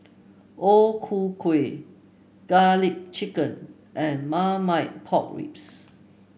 O Ku Kueh garlic chicken and Marmite Pork Ribs